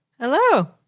Hello